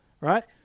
right